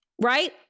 right